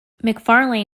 mcfarlane